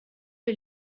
les